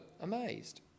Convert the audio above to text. amazed